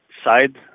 side